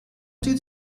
did